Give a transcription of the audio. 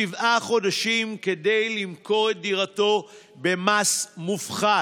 שבעה חודשים כדי למכור את דירתו במס מופחת.